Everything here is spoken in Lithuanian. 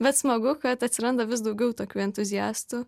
bet smagu kad atsiranda vis daugiau tokių entuziastų